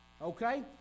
Okay